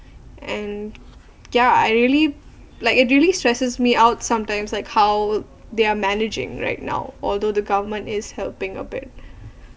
and ya I really like it really stresses me out sometimes like how they're managing right now although the government is helping a bit